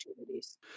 opportunities